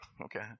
Okay